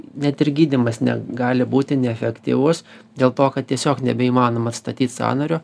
net ir gydymas negali būti neefektyvus dėl to kad tiesiog nebeįmanoma atstatyt sąnario